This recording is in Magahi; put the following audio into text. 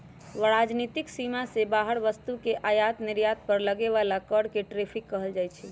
राजनीतिक सीमा से बाहर वस्तु के आयात निर्यात पर लगे बला कर के टैरिफ कहल जाइ छइ